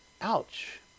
Ouch